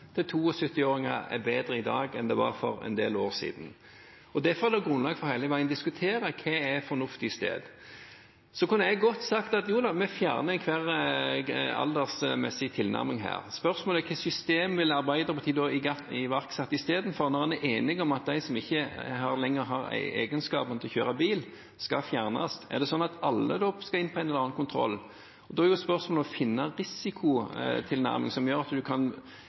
siden. Derfor er det grunnlag for hele veien å diskutere hva som er en fornuftig grense. Så kunne jeg godt sagt at vi fjerner enhver aldersmessig tilnærming her. Spørsmålet er hva slags system Arbeiderpartiet ville iverksatt istedenfor, når vi er enige om at de som ikke lenger har egenskapene for å kjøre bil, skal fjernes fra veien. Er det sånn at alle skal inn på en eller annen kontroll? Da er spørsmålet å finne en risikotilnærming som gjør at man kan